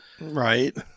right